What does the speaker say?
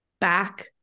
back